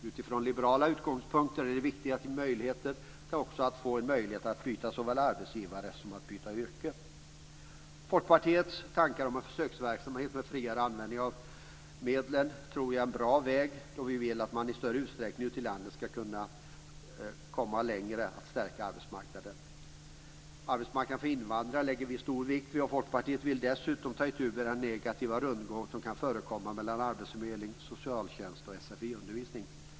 Utifrån liberala utgångspunkter är det då viktigt att ge möjligheter såväl att byta arbetsgivare som att byta yrke. Folkpartiets tankar om en försöksverksamhet med friare användning av medlen tror jag är en bra väg, då vi vill att man i större utsträckning ute i landet ska kunna komma längre i att stärka arbetsmarknaden. Vi lägger stor vikt vid arbetsmarknaden för invandrare. Folkpartiet vill dessutom ta itu med den negativa rundgång som kan förekomma mellan arbetsförmedling, socialtjänst och sfi-undervisning.